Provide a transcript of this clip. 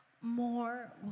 more